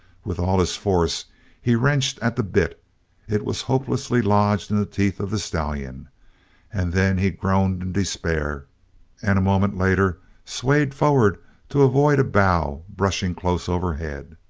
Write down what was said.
with all his force he wrenched at the bit it was hopelessly lodged in the teeth of the stallion and then he groaned in despair and a moment later swayed forward to avoid a bough brushing close overhead.